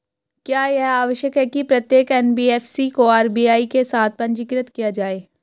क्या यह आवश्यक है कि प्रत्येक एन.बी.एफ.सी को आर.बी.आई के साथ पंजीकृत किया जाए?